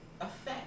affect